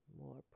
more